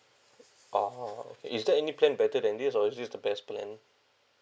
ah is there any plan better than this or this is the best plan